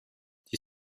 die